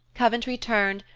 coventry turned,